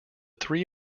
three